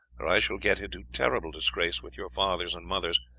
or i shall get into terrible disgrace with your fathers and mothers,